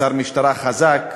שר משטרה חזק.